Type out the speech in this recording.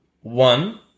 One